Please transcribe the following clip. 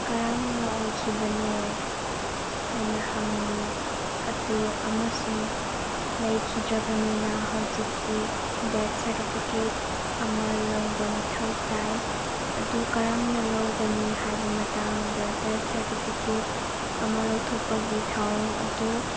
ꯀꯔꯝꯅ ꯑꯣꯏꯈꯤꯕꯅꯣ ꯍꯥꯏꯅ ꯍꯪꯉꯤ ꯑꯗꯨ ꯑꯃꯁꯨꯡ ꯂꯩꯈꯤꯗ꯭ꯔꯕꯅꯤꯅ ꯍꯧꯖꯤꯛꯇꯤ ꯗꯦꯠ ꯁꯔꯇꯤꯐꯤꯀꯦꯠ ꯑꯃ ꯂꯧꯕ ꯃꯊꯧ ꯇꯥꯏ ꯑꯗꯨ ꯀꯔꯝꯅ ꯂꯧꯒꯅꯤ ꯍꯥꯏꯕ ꯃꯇꯥꯡꯗ ꯗꯦꯠ ꯁꯔꯇꯤꯐꯤꯀꯦꯠ ꯑꯃ ꯂꯧꯊꯣꯛꯄꯒꯤ ꯊꯑꯣꯡ ꯑꯗꯨ